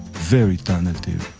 very talented.